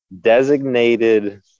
designated